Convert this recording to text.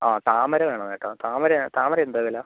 ആ താമര വേണം ചേട്ടാ താമര താമരക്ക് എന്താ വില